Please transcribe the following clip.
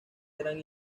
eran